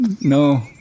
No